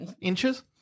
inches